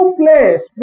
place